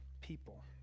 people